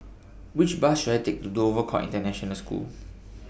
Which Bus should I Take to Dover Court International School